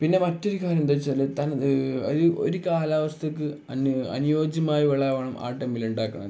പിന്നെ മറ്റൊരു കാര്യം എന്താണെന്നു വച്ചാൽ ഒരു കാലാവസ്ഥയ്ക്ക് അനുയോജ്യമായ വിളയാവണം ആ ടൈമിൽ ഉണ്ടാക്കണം